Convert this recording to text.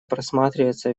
просматривается